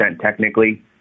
technically